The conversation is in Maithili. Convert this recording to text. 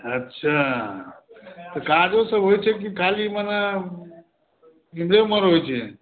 अच्छा तऽ काजो सभ होइत छै कि खाली मने एम्हरे ओम्हर होइत छै